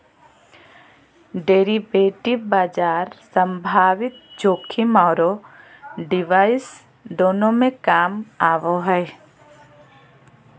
derivative बाजार संभावित जोखिम औरो रिवार्ड्स दोनों में काम आबो हइ